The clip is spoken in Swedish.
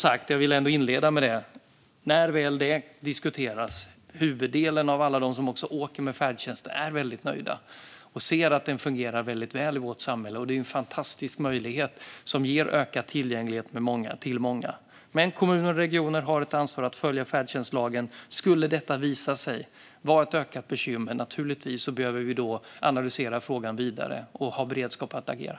Jag vill ändå säga att när det väl diskuteras är huvuddelen av alla dem som åker med färdtjänst väldigt nöjda och ser att färdtjänsten fungerar väldigt väl i vårt samhälle. Det är en fantastisk möjlighet som ger ökad tillgänglighet till många. Kommuner och regioner har ett ansvar att följa färdtjänstlagen. Skulle detta visa sig vara ett ökat bekymmer behöver vi naturligtvis analysera frågan vidare och ha beredskap att agera.